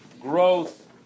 growth